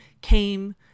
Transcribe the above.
came